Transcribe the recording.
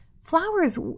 Flowers